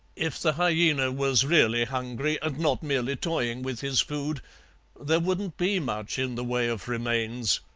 if the hyaena was really hungry and not merely toying with his food there wouldn't be much in the way of remains.